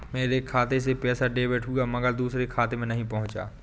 मेरे खाते से पैसा डेबिट हुआ मगर दूसरे खाते में नहीं पंहुचा